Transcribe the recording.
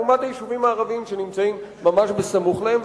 לעומת היישובים הערביים שנמצאים ממש סמוך להם,